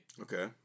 Okay